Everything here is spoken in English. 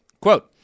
Quote